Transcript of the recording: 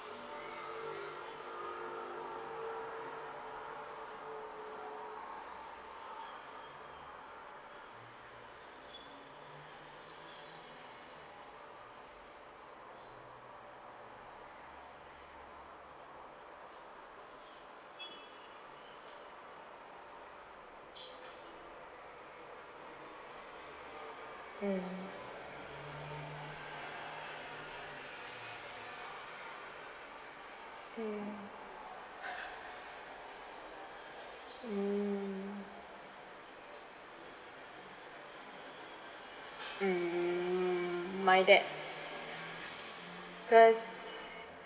mm mm mm mm my dad cause